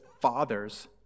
fathers